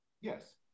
Yes